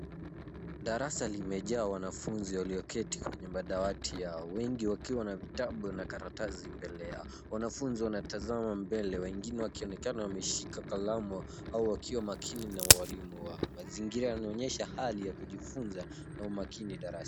Darasa limejaa wanafunzi walioketi kwenye madawati yao. Wengi wakiwa na vitabu na karatasi mbele yao. Wanafunzi wanatazama mbele wengine wakionekana wameshika kalamu au wakiwa makini na walimu wao. Mazingira yanaonyesha hali ya kujifunza na umakini darasa.